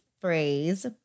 phrase